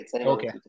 Okay